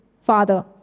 father